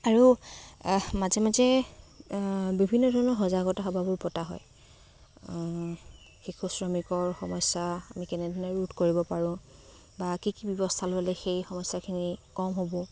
আৰু মাজে মাজে বিভিন্ন ধৰণৰ সজাগতা সভাবোৰ পতা হয় শিশু শ্ৰমিকৰ সমস্যা আমি কেনেধৰণে ৰোধ কৰিব পাৰোঁ বা কি কি ব্যৱস্থা ল'লে সেই সমস্যাখিনি কম হ'ব